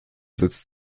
sitzt